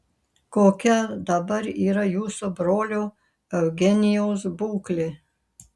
kokia dabar yra jūsų brolio eugenijaus būklė